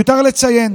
מיותר לציין